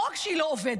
לא רק שהיא לא עובדת,